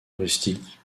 rustique